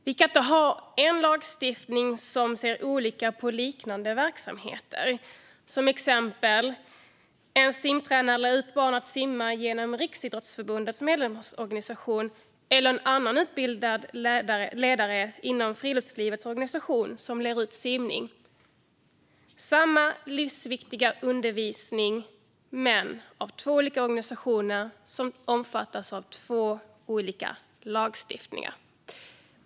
Vi kan inte ha en lagstiftning som ser olika på liknande verksamheter. Ett exempel är när en simtränare lär ett barn simma genom Riksidrottsförbundets medlemsorganisation eller när en annan utbildad ledare inom friluftslivets organisation lär ut simning. Samma livsviktiga undervisning utförs men det görs av två olika organisationer som omfattas av två olika lagstiftningar.